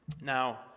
Now